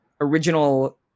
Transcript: original